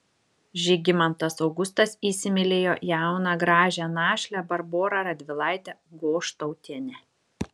žygimantas augustas įsimylėjo jauną gražią našlę barborą radvilaitę goštautienę